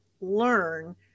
learn